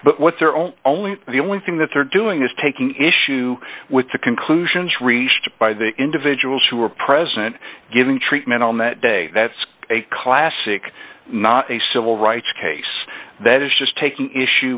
but what their own only the only thing that they're doing is taking issue with the conclusions reached by the individuals who were present giving treatment on that day that's a classic not a civil rights case that is just taking issue